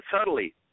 subtly